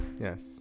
Yes